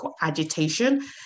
agitation